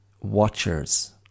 watchers